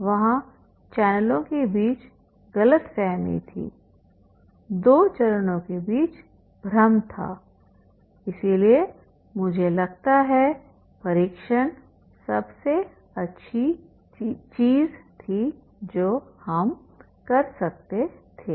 वहाँ चैनलों के बीच गलतफहमी थी 2 चरणों के बीच भ्रम था इसलिए मुझे लगता है परीक्षण सबसे अच्छी चीज थी जो हम कर सकते थे